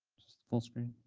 the full screen?